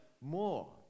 more